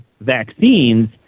vaccines